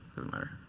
doesn't matter.